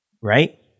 right